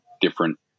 different